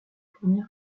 fournir